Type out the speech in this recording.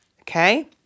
Okay